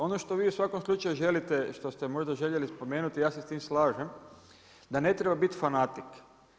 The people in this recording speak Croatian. Ono što vi u svakom slučaju želite, što ste možda željeli spomenuti, ja se s tim slažem, da ne treba biti fanatik.